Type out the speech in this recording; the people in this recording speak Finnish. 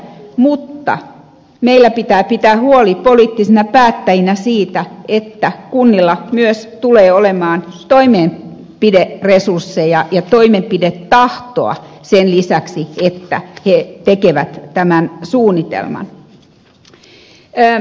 mutta meidän pitää pitää huoli poliittisina päättäjinä siitä että kunnilla myös tulee olemaan toimenpideresursseja ja toimenpidetahtoa sen lisäksi että he tekevät tämän suunnitelman